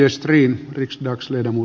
värderade talman